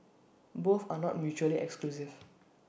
both are not mutually exclusive